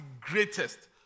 greatest